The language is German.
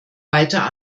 weiter